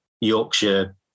Yorkshire